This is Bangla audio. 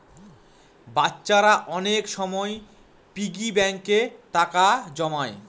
বাচ্চারা অনেক সময় পিগি ব্যাঙ্কে টাকা জমায়